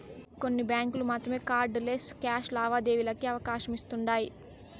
కొన్ని బ్యాంకులు మాత్రమే కార్డ్ లెస్ క్యాష్ లావాదేవీలకి అవకాశమిస్తుండాయ్